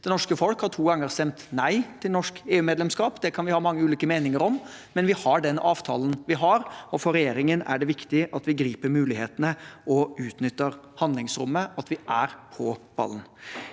Det norske folk har to ganger stemt nei til norsk EU-medlemskap. Det kan vi ha mange ulike meninger om, men vi har den avtalen vi har, og for regjeringen er det viktig at vi griper mulighetene og utnytter handlingsrommet – at vi er på ballen.